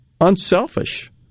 unselfish